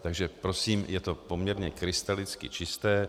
Takže prosím, je to poměrně krystalicky čisté.